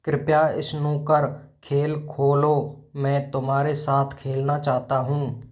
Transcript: कृपया स्नूकर खेल खोलो मैं तुम्हारे साथ खेलना चाहता हूँ